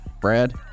Brad